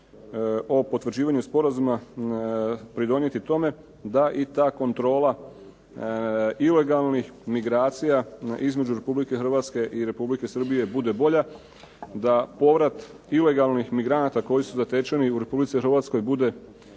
o potvrđivanju sporazuma pridonijeti tome da i ta kontrola ilegalnih migracija između RH i Republike Srbije bude bolja. Da povrat ilegalnih migranata koji su zatečeni u RH bude